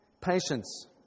patience